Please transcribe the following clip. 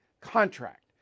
contract